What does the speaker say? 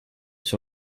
sur